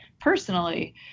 personally